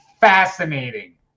fascinating